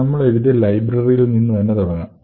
നമ്മൾ എഴുതിയ ലൈബ്രറിയിൽനിന്നുതന്നെ തുടങ്ങാം